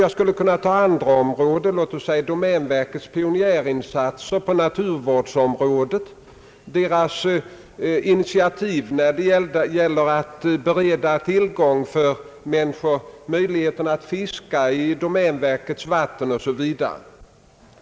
Jag skulle också kunna nämna domänverkets pionjärinsatser på naturvårdsområdet, dess initiativ att bereda allmänheten möjligheter till fiske i domänverkets vatten osv.